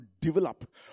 develop